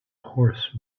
horse